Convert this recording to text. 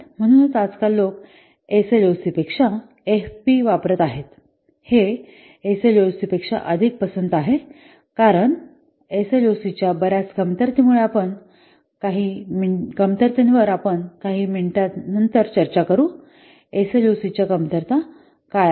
म्हणूनच आजकाल लोक एसएलओसीपेक्षा एफपी वापरत आहेत हे एसएलओसीपेक्षा अधिक पसंती आहे कारण एसएलओसीच्या बर्याच कमतरतेमुळे आपण काही मिनिटांनंतर चर्चा करू एसएलओसीच्या कमतरता काय आहेत